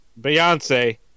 Beyonce